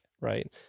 right